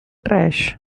trash